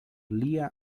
lia